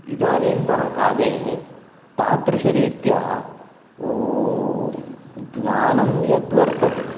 इदानीन्तनकाले तादृशरीत्या ज्ञानं यद्वर्तते